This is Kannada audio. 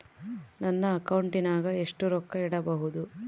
ನನ್ನ ಅಕೌಂಟಿನಾಗ ಎಷ್ಟು ರೊಕ್ಕ ಇಡಬಹುದು?